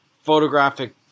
photographic